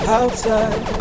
outside